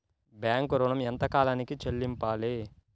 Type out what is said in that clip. Bank ఋణం ఎంత కాలానికి చెల్లింపాలి?